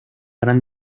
gran